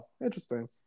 interesting